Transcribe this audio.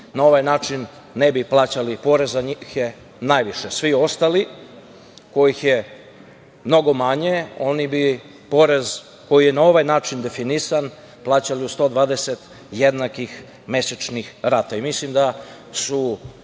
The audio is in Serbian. na ovaj način ne bi plaćali porez. Za njih je najviše. Svi ostali, kojih je mnogo manje, oni bi porez koji je na ovaj način definisan plaćali u 120 jednakih mesečnih rata.